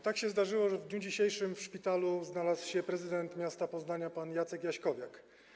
Tak się zdarzyło, że w dniu dzisiejszym w szpitalu znalazł się prezydent miasta Poznania pan Jacek Jaśkowiak.